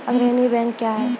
अग्रणी बैंक क्या हैं?